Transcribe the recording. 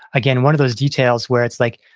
again, one of those details where it's like,